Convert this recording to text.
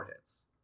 hits